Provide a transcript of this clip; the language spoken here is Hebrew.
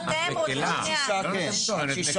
אתם, את מקלה בבירוקרטיה.